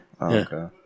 Okay